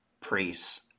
priests